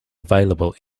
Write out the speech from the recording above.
available